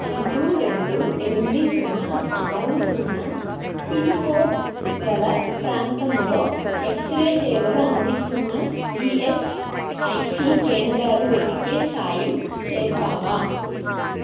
రెండు రెండు ఎనిమిది సున్నా ఆరు సున్నా పిన్కోడ్ గల ప్రాంతంలో ఎక్స్ రే సేవలు అందిస్తున్న ఈయస్ఐసి కేంద్రాలు వెతికే సాయం చేస్తావా